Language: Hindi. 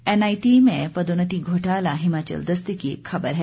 एनआईटी में पदोन्नति घोटाला हिमाचल दस्तक की एक खबर है